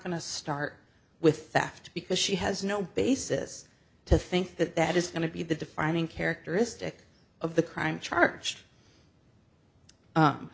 going to start with that because she has no basis to think that that is going to be the defining characteristic of the crime ch